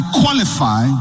qualify